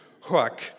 hook